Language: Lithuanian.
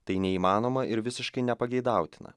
tai neįmanoma ir visiškai nepageidautina